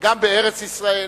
גם בארץ-ישראל,